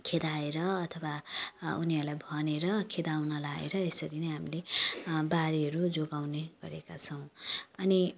खेदाएर अथवा उनीहरूलाई भनेर खेदाउन लाएर यसरी नै हामीले बारीहरू जोगाउने गरेका छौँ अनि